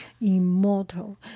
immortal